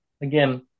again